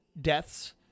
deaths